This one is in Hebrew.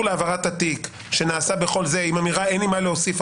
להעביר את התיק עם האמירה "אין לי מה להוסיף,